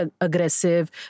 aggressive